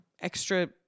extra